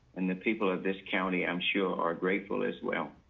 and the people of this county, i'm sure are grateful as well.